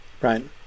right